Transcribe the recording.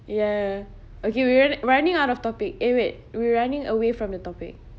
ya okay we're ru~ running out of topic eh wait we running away from the topic